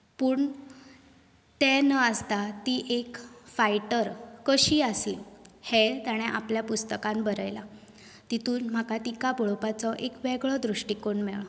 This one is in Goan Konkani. पूण तें न आसता ती एक फायटर कशी आसली हें ताणें आपल्या पुस्तकांत बरयलां तातूंत म्हाका तिका पळोवपाचो एक वेगळो दृश्टीकोण मेळ्ळो